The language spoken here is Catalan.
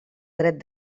dret